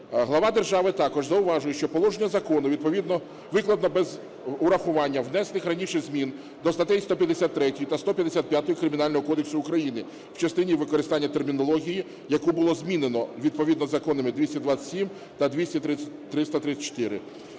Глава держави також зауважує, що положення закону відповідно викладено без урахування внесених раніше змін до статей 153-ї та 155-ї Кримінального кодексу України в частині використання термінології, яку було змінено відповідно з законами 227 та 2334.